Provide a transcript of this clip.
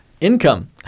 Income